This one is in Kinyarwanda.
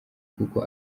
kuko